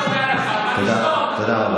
תודה רבה.